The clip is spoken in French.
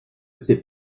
ces